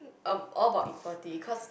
um all about equality cause